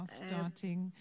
starting